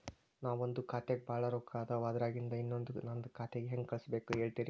ನನ್ ಒಂದ್ ಖಾತ್ಯಾಗ್ ಭಾಳ್ ರೊಕ್ಕ ಅದಾವ, ಅದ್ರಾಗಿಂದ ಇನ್ನೊಂದ್ ನಂದೇ ಖಾತೆಗೆ ಹೆಂಗ್ ಕಳ್ಸ್ ಬೇಕು ಹೇಳ್ತೇರಿ?